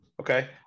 okay